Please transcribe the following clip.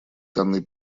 данный